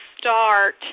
start